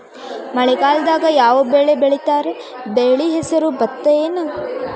ಮಳೆಗಾಲದಾಗ್ ಯಾವ್ ಬೆಳಿ ಬೆಳಿತಾರ, ಬೆಳಿ ಹೆಸರು ಭತ್ತ ಏನ್?